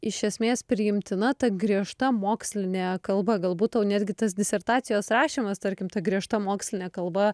iš esmės priimtina ta griežta mokslinė kalba galbūt tau netgi tas disertacijos rašymas tarkim ta griežta mokslinė kalba